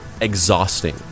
Exhausting